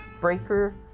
Breaker